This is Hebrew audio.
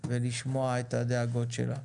ולשמוע את הדאגות שלה.